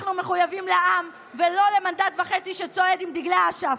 אנחנו מחויבים לעם ולא למנדט וחצי שצועד עם דגלי אש"ף.